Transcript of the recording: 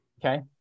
Okay